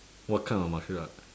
what kind of martial art